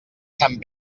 sant